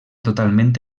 totalment